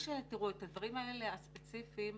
את הדברים האלה הספציפיים,